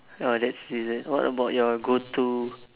ya that's dessert what about your go to